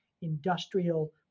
industrial